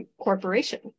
corporation